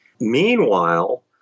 meanwhile